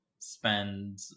spend